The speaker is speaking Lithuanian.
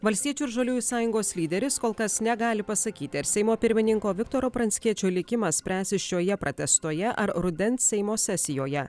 valstiečių ir žaliųjų sąjungos lyderis kol kas negali pasakyti ar seimo pirmininko viktoro pranckiečio likimas spręsis šioje pratęstoje ar rudens seimo sesijoje